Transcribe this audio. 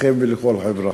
לכם ולכל חברה.